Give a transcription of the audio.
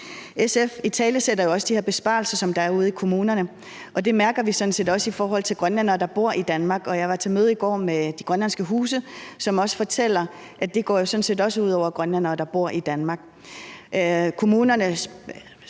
SF italesætter jo også de her besparelser, der er ude i kommunerne, og det mærker vi sådan set også i forhold til grønlændere, der bor i Danmark. Jeg var til møde i går med de grønlandske huse, som også fortæller, at det sådan set går ud over grønlændere, der bor i Danmark.